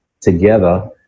together